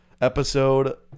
Episode